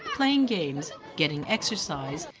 playing games, getting exercise,